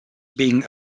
being